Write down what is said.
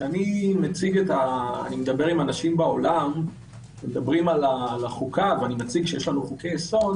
כשאני מדבר עם אנשים בעולם ומציג שבישראל יש לנו חוקי יסוד